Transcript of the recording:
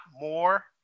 more